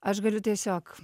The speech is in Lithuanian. aš galiu tiesiog